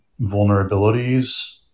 vulnerabilities